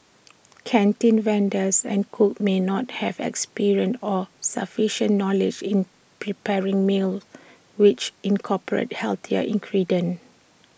canteen vendors and cooks may not have experience or sufficient knowledge in preparing meals which incorporate healthier ingredients